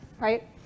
right